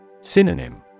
Synonym